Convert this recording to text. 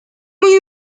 muy